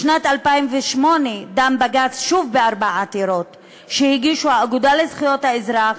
בשנת 2008 דן בג"ץ שוב בארבע עתירות שהגישו האגודה לזכויות האזרח,